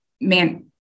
man